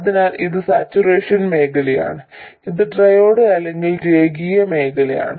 അതിനാൽ ഇത് സാച്ചുറേഷൻ മേഖലയാണ് ഇത് ട്രയോഡ് അല്ലെങ്കിൽ രേഖീയ മേഖലയാണ്